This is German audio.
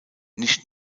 nicht